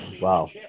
wow